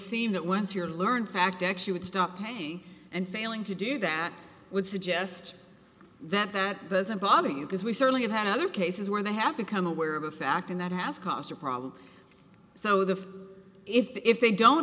seem that once your learned fact actually would stop paying and failing to do that would suggest that that doesn't bother you because we certainly have had other cases where the happy come aware of a fact and that has caused a problem so the if the if they don't